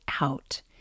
out